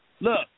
Look